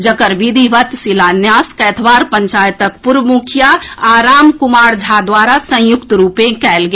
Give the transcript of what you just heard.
जकर विधिवत शिलान्यास कैथवार पंचायतक पूर्व मुखिया आ राम कुमार झा द्वारा संयुक्त रूप सँ कयल गेल